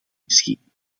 misschien